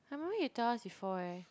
I remember you tell us before eh